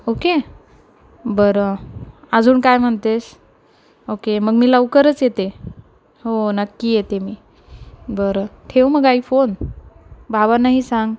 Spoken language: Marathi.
ओके बरं अजून काय म्हणतेस ओके मग मी लवकरच येते हो नक्की येते मी बरं ठेवू मग आई फोन बाबांनाही सांग